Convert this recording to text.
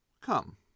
Come